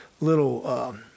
little